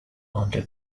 under